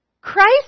Christ